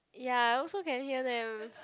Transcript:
ya I also can hear them